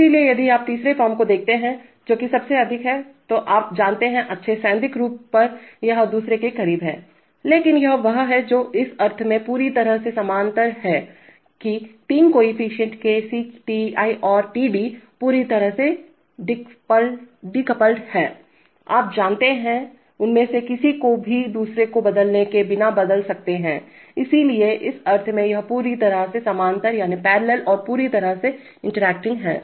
इसलिए यदि आप तीसरे फॉर्म को देखते हैंजो कि सबसे अधिक है तो आप जानते हैं अच्छे सैद्धांतिक रूप पर यह दूसरे के करीब है लेकिन यह वह है जो इस अर्थ में पूरी तरह से समानांतर है कि 3 कोएफ़िशिएंट Kc Ti और Td पूरी तरह से डीकपल्ड हैआप उनमें से किसी को भी दूसरे को बदलने के बिना बदल सकते हैं इसलिए इस अर्थ में यह पूरी तरह से समानांतर और पूरी तरह से इंटरएक्टिंग है